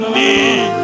need